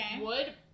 wood